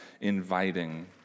inviting